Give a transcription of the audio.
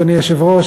אדוני היושב-ראש,